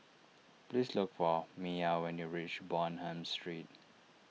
please look for Miah when you reach Bonham Street